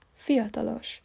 fiatalos